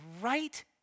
right